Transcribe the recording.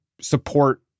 support